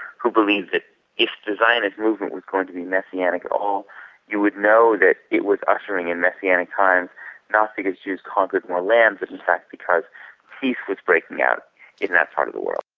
who believed that if the zionist movement was going to be messianic at all you would know that it was ushering in messianic times not because jews conquered more land but in fact because peace was breaking out in that part of the world.